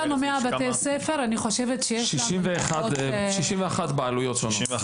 יש לנו 100 בתי ספר --- 61 בעלויות שונות.